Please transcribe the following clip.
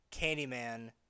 Candyman